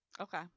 Okay